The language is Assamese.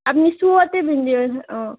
আপুনি চুৱাতে অঁ